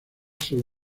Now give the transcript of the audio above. solo